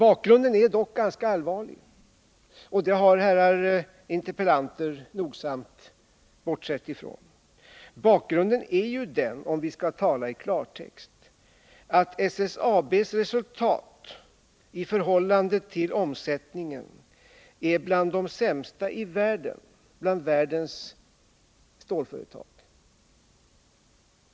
Bakgrunden är dock ganska allvarlig, och det har herrar interpellanter nogsamt bortsett ifrån. Bakgrunden är ju den, om vi skall tala i klartext, att SSAB:s resultat i förhållande till omsättningen är bland de sämsta av världens stålföretag.